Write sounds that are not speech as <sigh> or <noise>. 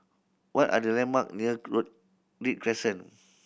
what are the landmark near <unintelligible> Read Crescent